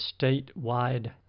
statewide